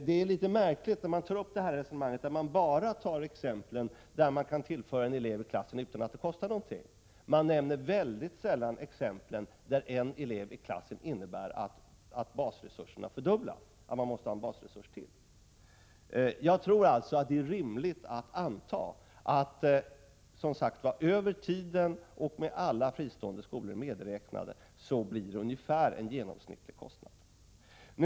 Det är litet märkligt att man när man tar upp det resonemanget bara anför det exemplet att man kan tillföra en elev till klassen utan att det kostar någonting — man nämner väldigt sällan exemplet att en elev till i klassen innebär att man måste fördubbla basresurserna, att man måste ha en basresurs till. Jag tror alltså att det är rimligt att anta att det — över tiden och med alla fristående skolor medräknade — innebär ungefär den genomsnittliga merkostnaden.